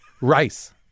rice